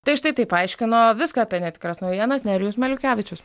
tai štai taip aiškino viską apie netikras naujienas nerijus maliukevičius